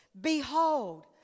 Behold